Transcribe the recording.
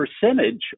percentage